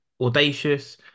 audacious